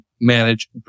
manage